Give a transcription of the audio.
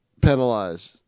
penalize